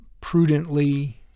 prudently